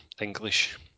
English